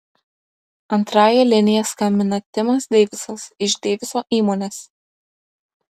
antrąja linija skambina timas deivisas iš deiviso įmonės